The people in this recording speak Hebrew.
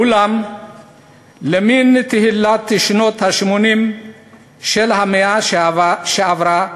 אולם למן תחילת שנות ה-80 של המאה שעברה,